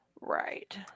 right